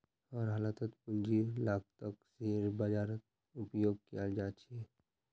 हर हालतत पूंजीर लागतक शेयर बाजारत उपयोग कियाल जा छे